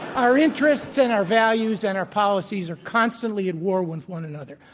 our interests and our values and our policies are constantly at war with one another.